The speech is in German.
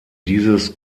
dieses